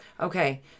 Okay